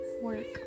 Work